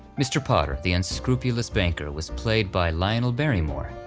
mr. potter, the unscrupulous banker, was played by lionel barrymore,